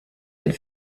had